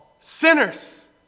Sinners